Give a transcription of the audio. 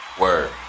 Word